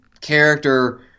character